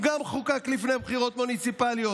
גם הוא חוקק לפני בחירות מוניציפליות,